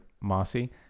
mossy